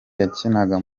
yakinaga